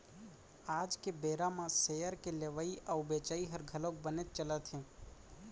आज के बेरा म सेयर के लेवई अउ बेचई हर घलौक बनेच चलत हे